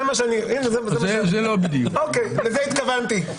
לזה התכוונתי.